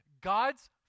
God's